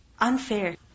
Unfair